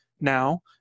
now